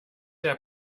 der